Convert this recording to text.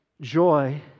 joy